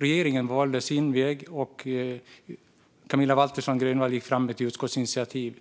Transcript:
Regeringen valde sin väg och Camilla Waltersson Grönvall gick fram med ett utskottsinitiativ.